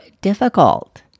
difficult